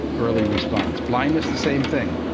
early response. blindness, the same thing.